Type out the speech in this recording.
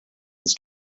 his